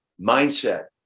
mindset